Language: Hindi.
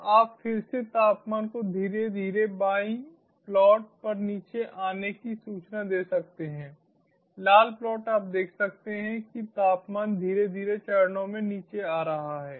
अब आप फिर से तापमान को धीरे धीरे बाईं प्लॉट पर नीचे आने की सूचना दे सकते हैं लाल प्लॉट आप देख सकते हैं कि तापमान धीरे धीरे चरणों में नीचे आ रहा है